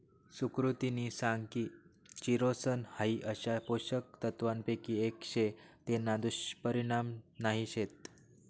सुकृतिनी सांग की चिरोसन हाई अशा पोषक तत्वांपैकी एक शे तेना दुष्परिणाम नाही शेत